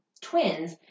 twins